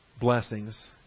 blessings